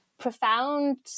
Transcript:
profound